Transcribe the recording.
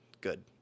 Good